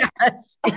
Yes